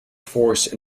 force